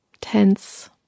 tense